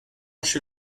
chez